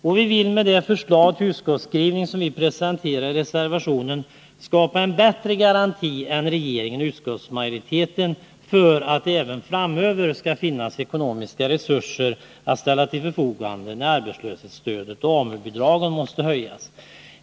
Och vi villmed det förslag till utskottsskrivning som vi presenterar i reservationen skapa en bättre garanti än regeringen och utskottsmajoriteten för att det även framöver skall finnas ekonomiska resurser att ställa till förfogande när arbetslöshetsstödet och AMU-bidragen måste höjas.